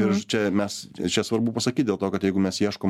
ir čia mes čia svarbu pasakyt dėl to kad jeigu mes ieškom